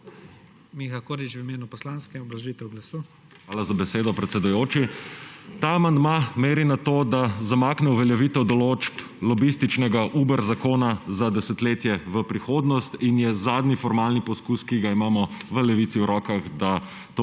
Miha Kordiš v imenu poslanske, obrazložitev glasu. MIHA KORDIŠ (PS Levica): Hvala za besedo, predsedujoči. Ta amandma meri na to, da zamakne uveljavitev določb lobističnega Uber zakona za desetletje v prihodnost in je zadnji formalni poskus, ki ga imamo v Levici v rokah, da